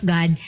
God